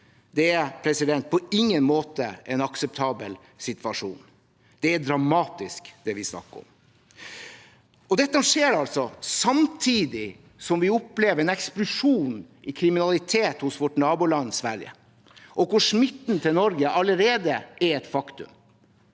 Det er på ingen måte en akseptabel situasjon. Det er dramatisk, det vi snakker om. Dette skjer altså samtidig som vi opplever en eksplosjon i kriminalitet i vårt naboland Sverige, og hvor smitten til Norge allerede er et faktum.